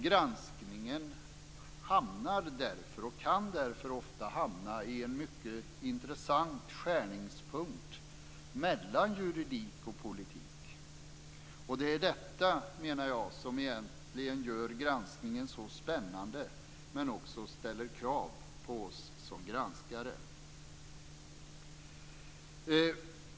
Granskningen hamnar därför, och kan därför ofta hamna, i en mycket intressant skärningspunkt mellan juridik och politik. Det är detta, menar jag, som gör granskningen så spännande, men som också ställer krav på oss som granskare.